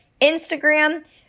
Instagram